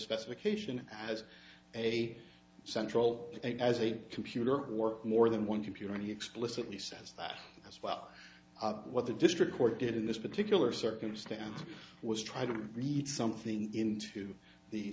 specification as a central as a computer or more than one computer and he explicitly says that as well what the district court did in this particular circumstance was try to read something into the